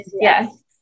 yes